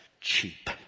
cheap